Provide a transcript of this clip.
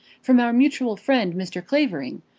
from our mutual friend, mr. clavering,